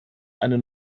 eine